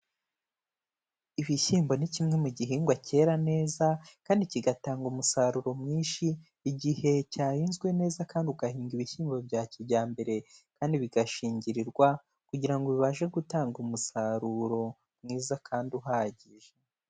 Ibishyimbo ni kimwe mu gihingwa cyera neza kandi kigatanga umusaruro mwinshi, igihe cyahinzwe neza kandi ugahinga ibishyimbo bya kijyambere, kandi bigashingirwarwa kugira ngo bibashe gutanga umusaruro, mwiza kandi uhagije.